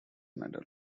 medal